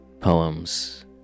poems